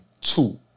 two